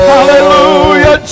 Hallelujah